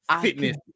fitness